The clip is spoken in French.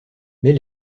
mais